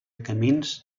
camins